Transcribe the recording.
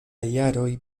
jaroj